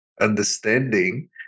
understanding